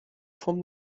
vom